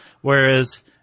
Whereas